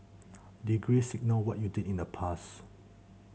degrees signal what you did in the past